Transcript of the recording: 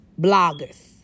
bloggers